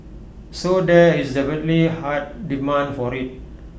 so there is definitely A hard demand for IT